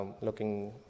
looking